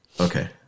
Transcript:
Okay